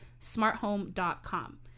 smarthome.com